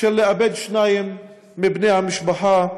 של לאבד שניים מבני המשפחה,